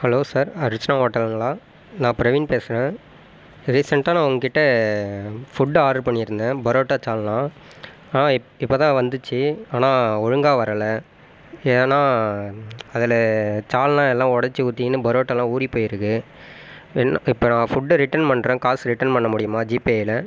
hello sir Archana ஹோட்டலுங்களா நான் பிரவீன் பேசுகிறேன் ரீசெண்ட்டாக நான் உங்ககிட்ட ஃபுட்டு ஆடர் பண்ணியிருந்தேன் பரோட்டா சால்னா ஆ இப் இப்போதான் வந்துச்சு ஆனால் ஒழுங்காக வரலை ஏன்னால் அதில் சால்னா எல்லாம் உடச்சு ஊற்றிக்கின்னு பரோட்டாலாம் ஊறி போயிருக்குது இப்போ என்ன இப்போ நான் ஃபுட்டை ரிட்டர்ன் பண்ணுறேன் காசை ரிட்டர்ன் பண்ண முடியுமா ஜிபேயில்